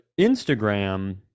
Instagram